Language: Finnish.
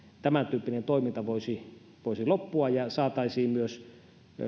tämäntyyppinen toiminta voisi voisi loppua ja saataisiin myös